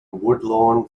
woodlawn